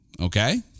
okay